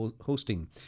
hosting